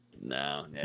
No